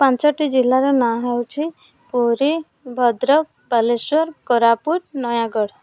ପାଞ୍ଚଟି ଜିଲ୍ଲାର ନାଁ ହେଉଛି ପୁରୀ ଭଦ୍ରକ ବାଲେଶ୍ୱର କୋରାପୁଟ ନୟାଗଡ଼